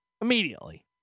Immediately